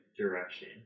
direction